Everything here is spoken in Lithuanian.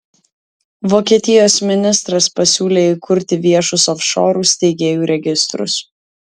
vokietijos ministras pasiūlė įkurti viešus ofšorų steigėjų registrus